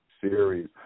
series